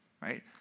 right